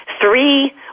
three